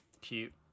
Cute